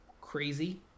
crazy